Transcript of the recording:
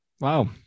Wow